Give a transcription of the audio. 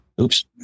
Oops